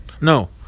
No